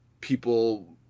people